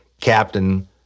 Captain